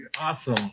Awesome